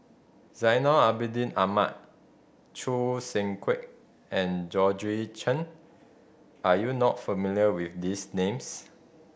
Zainal Abidin Ahmad Choo Seng Quee and Georgette Chen are you not familiar with these names